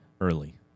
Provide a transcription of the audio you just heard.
early